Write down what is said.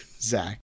Zach